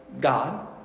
God